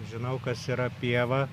žinau kas yra pieva